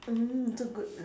mm so good